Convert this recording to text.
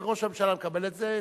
וראש הממשלה מקבל את זה,